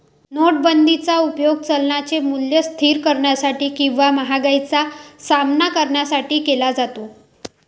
नोटाबंदीचा उपयोग चलनाचे मूल्य स्थिर करण्यासाठी किंवा महागाईचा सामना करण्यासाठी केला जातो